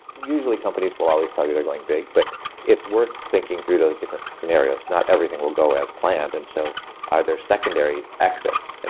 usually, companies will always tell you they're going big, but it's worth thinking through those different scenarios. not everything will go as planned, and so either secondary exits. and